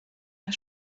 der